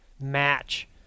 match